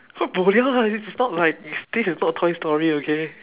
what cannot lah this is not like this is not toy story okay